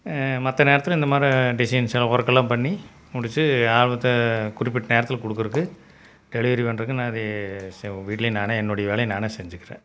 மற்ற நேரத்தில் இந்தமாதிரி டிசைன்ஸ்லாம் ஒர்க்லாம் பண்ணி முடிச்சு ஆல்பத்தை குறிப்பிட்ட நேரத்தில் கொடுக்குறதுக்கு டெலிவரி பண்ணுறதுக்கு நானே வீட்லையும் நானே என்னுடைய வேலையை நானே செஞ்சிக்கிறன்